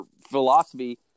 philosophy